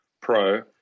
pro